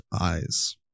eyes